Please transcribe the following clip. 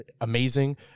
amazing